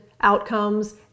outcomes